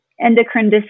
endocrine